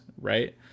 Right